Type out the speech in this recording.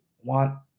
want